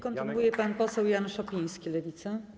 Kontynuuje pan poseł Jan Szopiński, Lewica.